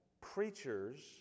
preachers